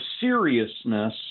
seriousness